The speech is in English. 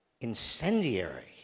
incendiary